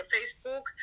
Facebook